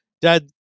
dad